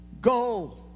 Go